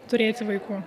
turėti vaikų